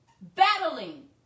Battling